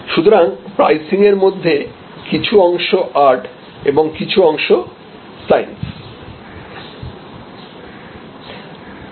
সুতরাং প্রাইসিং এর মধ্যে কিছু অংশ আর্ট এবং কিছু অংশ সাইন্স